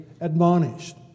admonished